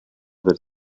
per